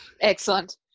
Excellent